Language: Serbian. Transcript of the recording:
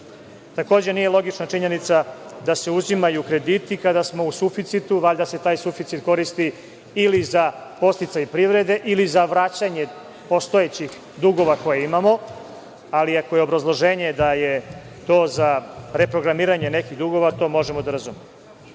kažete. Takođe, nije logično činjenica da su uzimaju krediti kada smo u suficitu, valjda se taj suficit koristi ili za podsticaj privrede, ili za vraćanje postojećih dugova koje imamo, ali ako je obrazloženje da je to za reprogramiranje nekih dugova, to možemo da razumemo.I